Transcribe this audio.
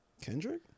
Kendrick